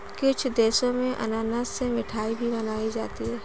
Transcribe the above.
कुछ देशों में अनानास से मिठाई भी बनाई जाती है